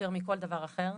יותר מכל דבר אחר.